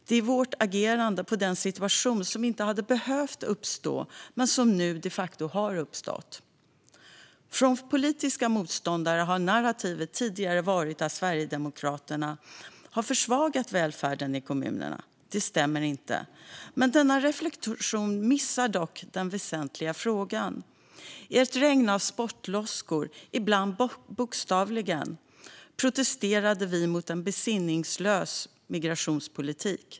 Det är vårt agerande i den situation som inte hade behövt uppstå men som nu de facto har uppstått. Från politiska motståndare har narrativet tidigare varit att Sverigedemokraterna har försvagat välfärden i kommunerna. Det stämmer inte. Denna reflektion missar dock den väsentliga frågan. I ett regn av spottloskor, ibland bokstavligen, protesterade vi mot en besinningslös migrationspolitik.